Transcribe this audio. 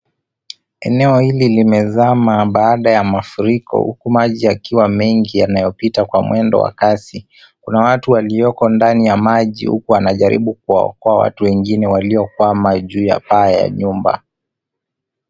Eneo hili limezama baada ya mafuriko huku maji yakiwa mengi yanayopita kwa mwendo wa kasi. Kuna watu walioko ndani ya maji huku wanajaribu kuwaokoa watu wengine waliokwama juu ya paa ya nyumba.